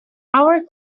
our